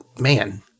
man